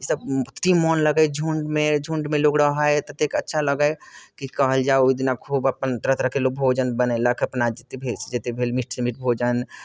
ईसब कि मोन लगैए झुण्डमे झुण्डमे लोक रहै ततेक अच्छा लगै कि कहल जाउ ओहिदिना खूब अपन तरह तरहके लोक भोजन बनेलक अपना जतेक भेल जतेक भेल मिठसँ मिठ भोजन